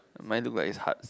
my look like it's hearts